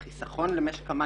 החיסכון למשק המים.